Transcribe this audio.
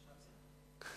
עכשיו זה נכון.